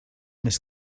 miss